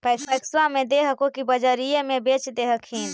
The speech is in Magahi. पैक्सबा मे दे हको की बजरिये मे बेच दे हखिन?